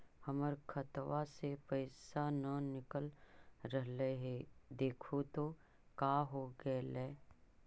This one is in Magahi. हमर खतवा से पैसा न निकल रहले हे देखु तो का होगेले?